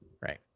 right